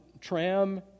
tram